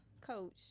coach